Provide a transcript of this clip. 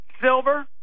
silver